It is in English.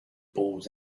balls